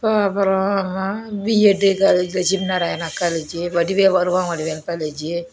போ அப்புறம்மா VIT college Lakshmi Narayana காலேஜி வடிவே வருவான் வடிவேலன் காலேஜி